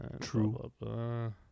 true